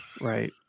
Right